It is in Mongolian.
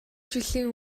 жилийн